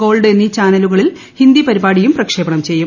gold എന്നീ ചാനലുകളിൽ ഹിന്ദി പരിപാടിയും പ്രക്ഷേപണം ചെയ്യും